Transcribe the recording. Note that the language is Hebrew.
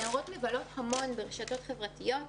נערות מבלות המון ברשתות חברתיות,